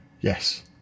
Yes